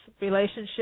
relationship